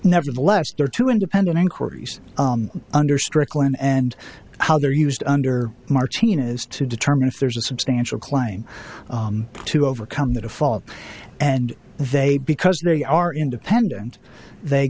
nevertheless there are two independent inquiries under strickland and how they're used under martina's to determine if there's a substantial claim to overcome that a fault and they because they are independent they